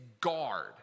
guard